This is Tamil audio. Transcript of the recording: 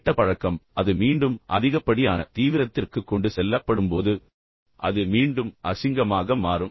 கெட்ட பழக்கம் அது மீண்டும் அதிகப்படியான தீவிரத்திற்கு கொண்டு செல்லப்படும்போது அது மீண்டும் அசிங்கமாக மாறும்